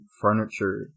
furniture